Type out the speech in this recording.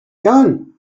gun